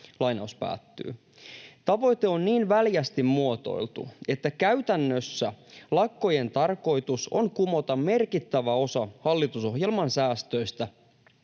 Tavoite on niin väljästi muotoiltu, että käytännössä lakkojen tarkoitus on kumota merkittävä osa hallitusohjelman säästöistä